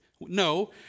No